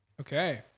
Okay